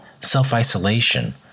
self-isolation